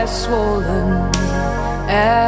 swollen